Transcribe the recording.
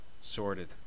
sorted